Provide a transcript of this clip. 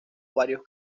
varios